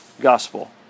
gospel